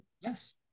Yes